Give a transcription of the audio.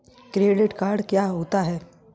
Credit card क्या होता है?